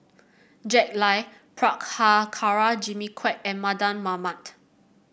Jack Lai Prabhakara Jimmy Quek and Mardan Mamat